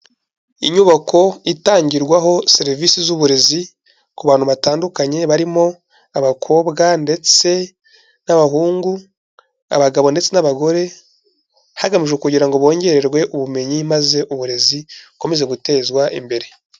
Inyubako itangirwaho serivisi z'uburezi ku bantu batandukanye barimo abakobwa ndetse n'abahungu, abagabo ndetse n'abagore hagamijwe kugira ngo bongererwe ubumenyi maze uburezi bukomeze gutezwa imbere.